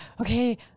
okay